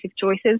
choices